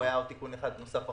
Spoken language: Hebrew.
היה עוד תיקון אחד אחרון.